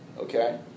Okay